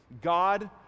god